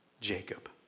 Jacob